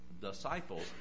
disciples